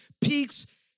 peaks